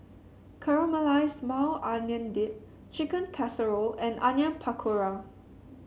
Caramelized Maui Onion Dip Chicken Casserole and Onion Pakora